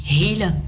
hele